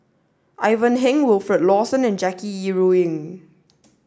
Ivan Heng Wilfed Lawson and Jackie Yi Ru Ying